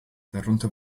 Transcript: darunter